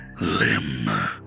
limb